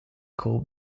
cole